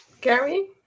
gary